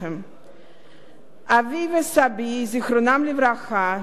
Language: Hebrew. אבי וסבי, זיכרונם לברכה, שרדו בגטאות